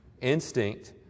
instinct